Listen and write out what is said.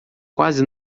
quase